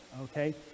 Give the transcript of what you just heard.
Okay